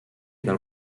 del